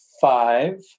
five